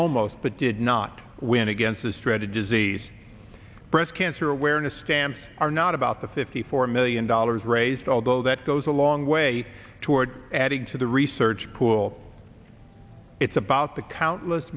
almost but did not win against the stretta disease breast cancer awareness stamp are not about the fifty four million dollars raised although that goes a long way toward adding to the research pool it's about the countless